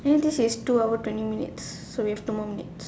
I think this is two hour twenty minutes so we have two more minutes